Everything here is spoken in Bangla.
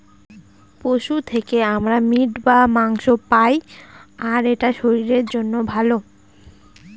পশু থেকে আমরা মিট বা মাংস পায়, আর এটা শরীরের জন্য ভালো